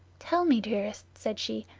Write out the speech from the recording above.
tell me, dearest, said she,